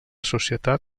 societat